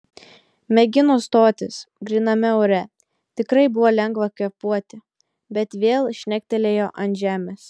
mėgino stotis gryname ore tikrai buvo lengva kvėpuoti bet vėl žnektelėjo ant žemės